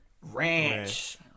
Ranch